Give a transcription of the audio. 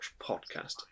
Podcast